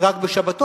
רק בשבתות.